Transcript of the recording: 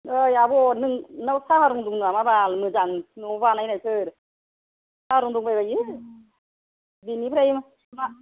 ओइ आब' नोंनाव साहा रं दं नामा बाल मोजां न'आव बानायनायफोर साहा रं दंबायबायो बेनिफ्राय मा